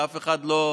שאף אחד לא מבין.